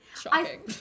Shocking